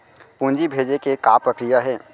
पूंजी भेजे के का प्रक्रिया हे?